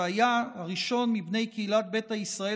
שהיה הראשון מבני קהילת ביתא ישראל